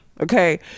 okay